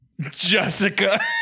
Jessica